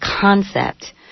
concept